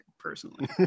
personally